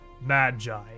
...Magi